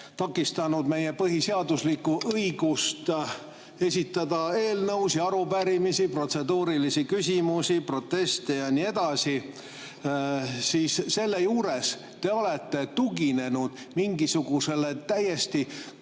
takistanud meie põhiseaduslikku õigust esitada eelnõusid ja arupärimisi, protseduurilisi küsimusi, proteste ja nii edasi – selle juures te olete tuginenud mingisugusele täiesti